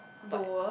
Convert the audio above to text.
lower